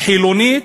חילונית?